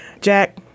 Jack